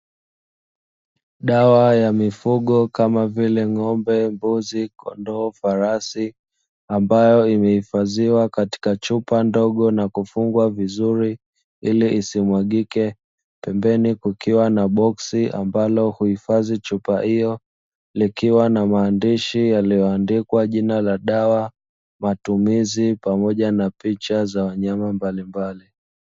Dawa ya mifugo kama vile: ng'ombe, mbuzi, kondoo, farasi; ambayo imehifadhiwa katika chupa ndogo na kufungwa vizuri ili isimwagike. Pembeni kukiwa na boksi ambalo huifadhi chupa hiyo, likiwa na maandishi yaliyoandikwa jina la dawa, matumizi, pamoja na picha za wanyama mbalimbali.